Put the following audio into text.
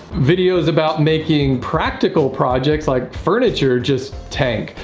videos about making practical projects like furniture just tanked.